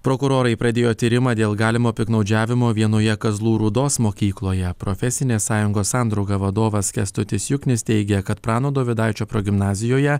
prokurorai pradėjo tyrimą dėl galimo piktnaudžiavimo vienoje kazlų rūdos mokykloje profesinės sąjungos sandrauga vadovas kęstutis juknis teigia kad prano dovydaičio progimnazijoje